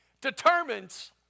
determines